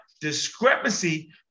Discrepancy